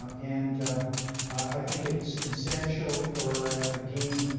um and i think it's essential for, again,